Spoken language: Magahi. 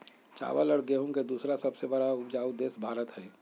चावल और गेहूं के दूसरा सबसे बड़ा उपजाऊ देश भारत हई